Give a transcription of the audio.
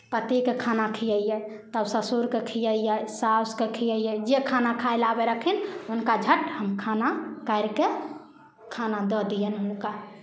पतिकेँ खाना खियैयै तब ससुरकेँ खियैयै सासुकेँ खियैयै जे खाना खाय लए आबै रहथिन हुनका झट हम खाना काढ़ि कऽ खाना दऽ दियनि हुनका